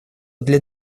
для